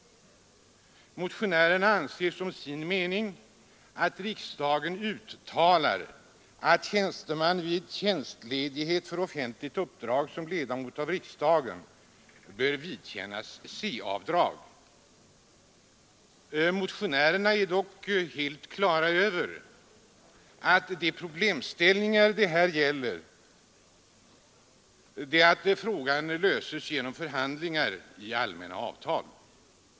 Motionärerna hemställer att riksdagen uttalar att statstjänsteman vid tjänstledighet för offentligt uppdrag som ledamot av riksdagen bör vidkännas C-avdrag. Motionärerna är helt på det klara med att de problemställningar det här är fråga om löses genom förhandlingar i allmänna avtal.